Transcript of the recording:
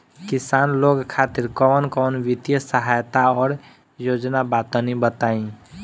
किसान लोग खातिर कवन कवन वित्तीय सहायता और योजना बा तनि बताई?